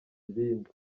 ibindi